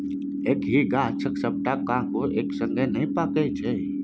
एक्कहि गाछक सबटा कोको एक संगे नहि पाकय छै